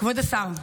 כבוד השר,